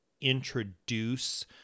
introduce